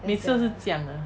每次是这样的